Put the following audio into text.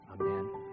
Amen